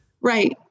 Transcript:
Right